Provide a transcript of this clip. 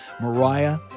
Mariah